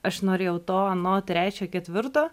aš norėjau to ano trečio ketvirto